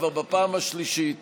כבר בפעם השלישית,